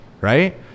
right